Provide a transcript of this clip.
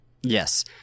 Yes